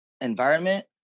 environment